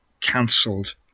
cancelled